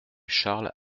charles